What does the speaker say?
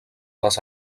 les